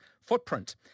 Footprint